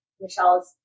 Michelle